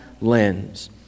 lens